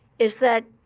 is that,